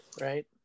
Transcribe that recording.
Right